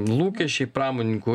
lūkesčiai pramonininkų